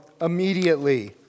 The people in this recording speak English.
immediately